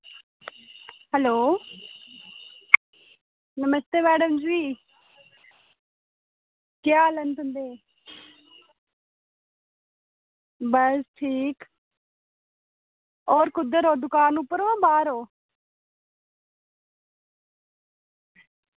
hello नमस्ते madam ji केह् हाल न तुंदे बस ठीक होर कुद्धर ओ दकान पर ओह् जां बाहर ओ